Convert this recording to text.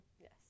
yes